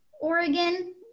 Oregon